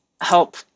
help